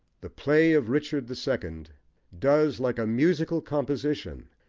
the play of richard the second does, like a musical composition,